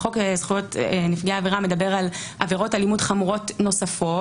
חוק נפגעי עבירה מדבר על עבירות אלימות חמורות נוספות.